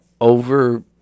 over